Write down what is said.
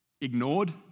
ignored